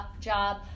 job